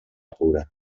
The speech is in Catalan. pura